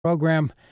program